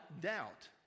doubt